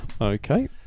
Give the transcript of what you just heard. okay